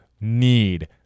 need